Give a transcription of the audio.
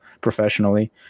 professionally